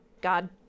God